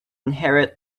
inherit